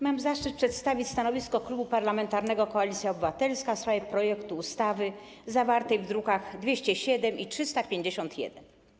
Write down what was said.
Mam zaszczyt przedstawić stanowisko Klubu Parlamentarnego Koalicja Obywatelska w sprawie projektu ustawy zawartego w drukach nr 207 i 351.